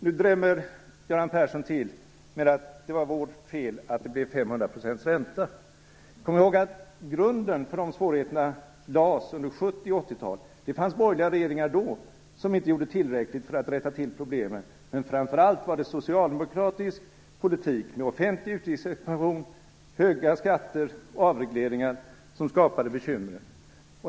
Nu drämmer Göran Persson till med att det var moderaternas fel att det blev 500 procents ränta. Kom ihåg att grunden för de svårigheterna lades under 70 och 80-talen. Det fanns borgerliga regeringar då som inte gjorde tillräckligt för att rätta till problemen, men framför allt var det socialdemokratisk politik med expansion av offentliga utgifter, höga skatter och avregleringar som skapade bekymren.